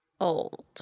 old